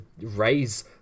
raise